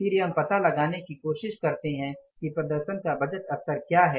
और फिर हम यह पता लगाने की कोशिश करते हैं कि प्रदर्शन का बजट स्तर क्या है